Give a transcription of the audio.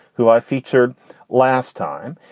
who i featured last time.